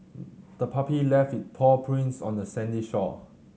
the puppy left its paw prints on the sandy shore